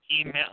email